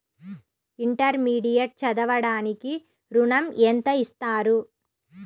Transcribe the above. Intermediate చదవడానికి ఋణం ఎంత ఇస్తారు?